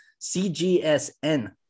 CGSN